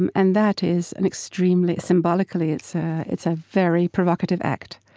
and and that is an extremely symbolically, it's ah it's a very provocative act.